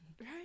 Right